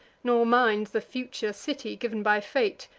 nor minds the future city, giv'n by fate.